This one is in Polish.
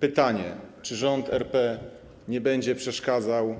Pytania: Czy rząd RP nie będzie przeszkadzał